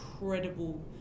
incredible